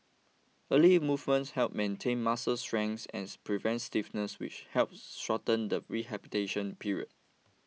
early movement helps maintain muscle strength and prevents stiffness which helps shorten the rehabilitation period